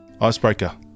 Icebreaker